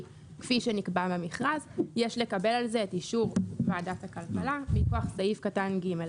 כפי שנקבע במכרז יש לקבל על זה את אישור ועדת הכלכלה מכוח סעיף קטן (ג).